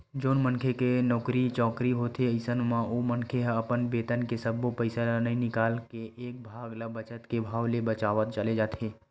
जउन मनखे के नउकरी चाकरी होथे अइसन म ओ मनखे ह अपन बेतन के सब्बो पइसा ल नइ निकाल के एक भाग ल बचत के भाव ले बचावत चले जाथे